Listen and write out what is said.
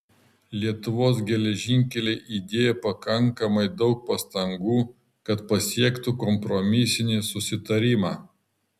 lietuvos geležinkeliai įdėjo pakankamai daug pastangų kad pasiektų kompromisinį susitarimą